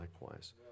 likewise